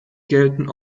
gelten